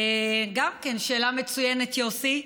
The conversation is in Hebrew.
גם כן שאלה מצוינת, יוסי.